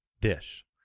dish